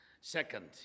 Second